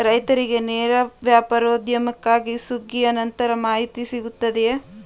ರೈತರಿಗೆ ನೇರ ವ್ಯಾಪಾರೋದ್ಯಮಕ್ಕಾಗಿ ಸುಗ್ಗಿಯ ನಂತರದಲ್ಲಿ ಮಾಹಿತಿ ಸಿಗುತ್ತದೆಯೇ?